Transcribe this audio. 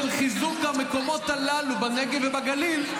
של חיזוק המקומות הללו בנגב ובגליל,